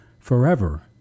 forever